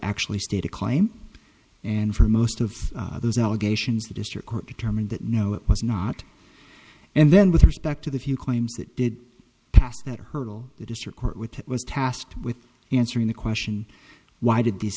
actually state a claim and for most of those allegations the district court determined that no it was not and then with respect to the few claims that did pass that hurdle the district court with that was tasked with answering the question why did these